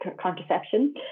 contraception